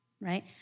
right